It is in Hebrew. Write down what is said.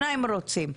שניהם רוצים להיכנס.